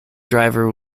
driver